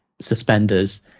suspenders